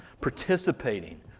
participating